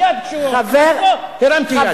מייד כשהוא אמר, הרמתי יד.